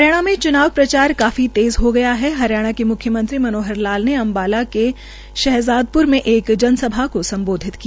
हरियाणा में चुनाव प्रचार काफी तेज हो गया है हरियाणा के मुख्यमंत्री मनोहर लाल ने अंबाला के शहजादपुर में एक जन सभा को संबोधित किया